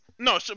No